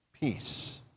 Peace